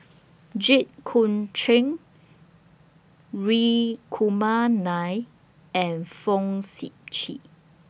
Jit Koon Ch'ng Hri Kumar Nair and Fong Sip Chee